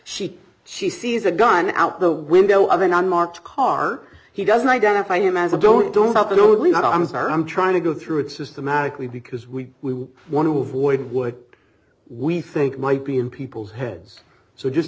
she she sees a gun out the window of an unmarked car he doesn't identify him as i don't don't have to know that i'm sorry i'm trying to go through it systematically because we want to avoid would we think might be in people's heads so just